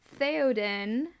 Theoden